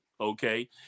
Okay